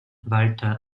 walter